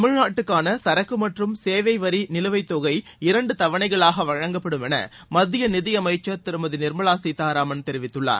தமிழ்நாட்டுக்கான சரக்கு மற்றும் சேவை வரி நிலுவைத் தொகைப் பங்கு இரண்டு தவணைகளாக வழங்கப்படும் என மத்திய நிதியமைச்சர் திருமதி நிர்மலா சீதாராமன் தெரிவித்துள்ளார்